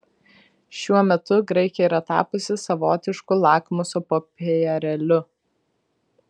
šiuo metu graikija yra tapusi savotišku lakmuso popierėliu